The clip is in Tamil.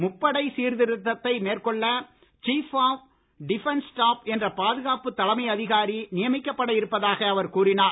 முப்படை சீர்திருத்தத்தை மேற்கொள்ள சீப் ஆப் டிபன்ஸ் ஸ்டாப் என்ற பாதுகாப்பு தலைமை அதிகாரி நியமிக்கப்பட இருப்பதாக அவர் கூறினார்